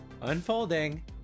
unfolding